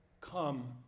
come